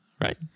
Right